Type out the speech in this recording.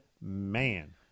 man